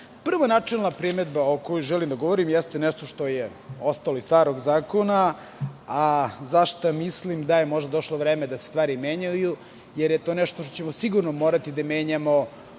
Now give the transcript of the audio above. načelna primedba o kojoj želim da govorim jeste nešto što je ostalo iz starog zakona, a za šta mislim da je možda došlo vreme da se stvari menjaju, jer je to nešto što ćemo sigurno morati da menjamo